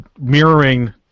mirroring